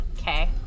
Okay